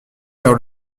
vers